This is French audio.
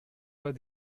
pas